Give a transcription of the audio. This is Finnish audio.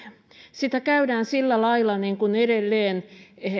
sitä käydään sillä lailla kuin edelleen